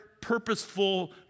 purposeful